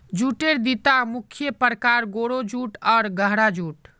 जूटेर दिता मुख्य प्रकार, गोरो जूट आर गहरा जूट